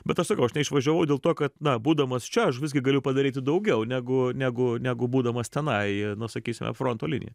bet aš sakau aš neišvažiavau dėl to kad na būdamas čia aš visgi galiu padaryti daugiau negu negu negu būdamas tenai na sakysime fronto linijoj